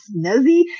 snazzy